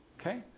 okay